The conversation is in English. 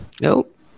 nope